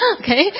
okay